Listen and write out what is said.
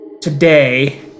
Today